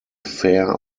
fair